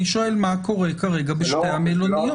אני שואל, מה קורה כרגע בשתי המלוניות?